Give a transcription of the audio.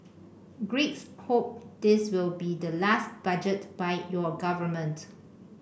greeks hope this will be the last budget by your government